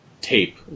tape